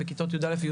של כיתות יא'-יב',